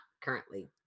currently